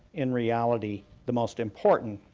in reality, the most important,